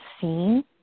seen